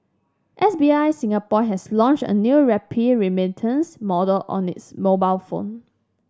S B I Singapore has launched a new rupee remittance mode on its mobile app